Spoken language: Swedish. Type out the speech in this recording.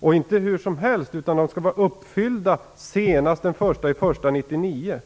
De är inte hur som helst. De skall vara uppfyllda senast den 1 januari 1999.